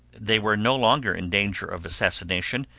they were no longer in danger of assassination,